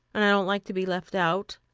and i don't like to be left out.